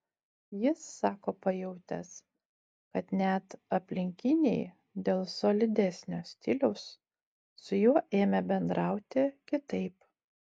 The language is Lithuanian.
jis sako pajautęs kad net aplinkiniai dėl solidesnio stiliaus su juo ėmė bendrauti kitaip